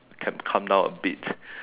can calm down a bit